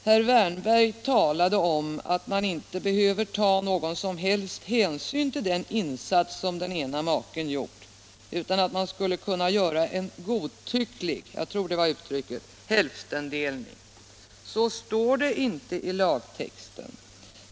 Herr Wärnberg talade om att man inte behöver ta någon som helst hänsyn till den insats som den ena maken gjort utan att man skulle kunna göra en godtycklig — jag tror det var uttrycket — hälftendelning. Så står det inte i lagtexten.